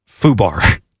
FUBAR